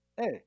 Hey